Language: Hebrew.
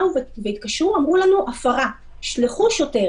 התקשרו ואמרו לנו: הפרה, תשלחו שוטר